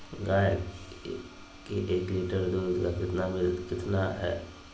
गाय के एक लीटर दूध का कीमत कितना है?